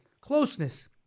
closeness